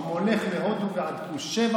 שגרירים וקונסולים מהודו ועד כוש.